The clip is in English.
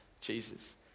Jesus